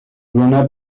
bruna